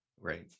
Right